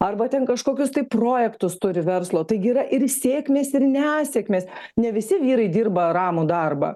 arba ten kažkokius tai projektus turi verslo taigi yra ir sėkmės ir nesėkmės ne visi vyrai dirba ramų darbą